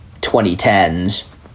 2010s